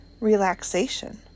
relaxation